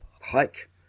hike